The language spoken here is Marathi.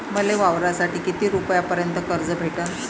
मले वावरासाठी किती रुपयापर्यंत कर्ज भेटन?